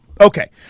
Okay